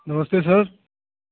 नमस्ते सर